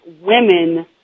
women